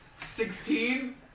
Sixteen